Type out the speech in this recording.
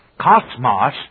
cosmos